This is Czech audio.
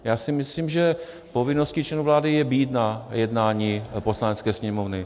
Já si myslím, že povinností členů vlády je být na jednání Poslanecké sněmovny.